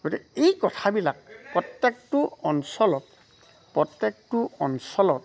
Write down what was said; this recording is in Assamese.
গতিকে এই কথাবিলাক প্ৰত্যেকটো অঞ্চলত প্ৰত্যেকটো অঞ্চলত